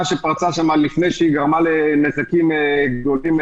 שפרצה שם לפני שהיא גרמה לנזקים גדולים.